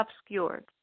obscured